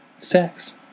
sex